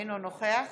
אינו נוכח